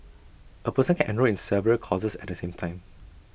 A person can enrol in several courses at the same time